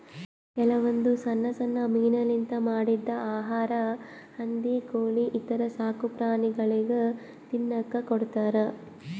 ಕೆಲವೊಂದ್ ಸಣ್ಣ್ ಸಣ್ಣ್ ಮೀನಾಲಿಂತ್ ಮಾಡಿದ್ದ್ ಆಹಾರಾ ಹಂದಿ ಕೋಳಿ ಈಥರ ಸಾಕುಪ್ರಾಣಿಗಳಿಗ್ ತಿನ್ನಕ್ಕ್ ಕೊಡ್ತಾರಾ